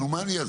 נו מה אני אעשה?